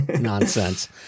nonsense